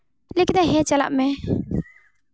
ᱞᱟᱹᱭ ᱠᱮᱫᱟᱭ ᱦᱮᱸ ᱪᱟᱞᱟᱜ ᱢᱮ